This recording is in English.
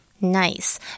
Nice